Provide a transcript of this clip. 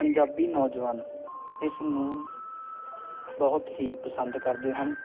ਪੰਜਾਬੀ ਨੌਜਵਾਨ ਇਸ ਨੂੰ ਬਹੁਤ ਹੀ ਪਸੰਦ ਕਰਦੇ ਹਨ